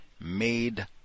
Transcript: made